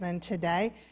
today